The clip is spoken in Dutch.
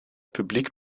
publiek